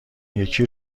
یکی